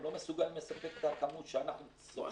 הם לא מסוגלים לספק את כמות שאנחנו צורכים.